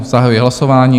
Zahajuji hlasování.